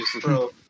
Bro